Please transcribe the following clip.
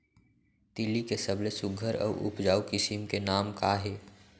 तिलि के सबले सुघ्घर अऊ उपजाऊ किसिम के नाम का हे?